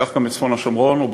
וכך גם בצפון השומרון,